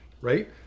Right